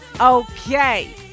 okay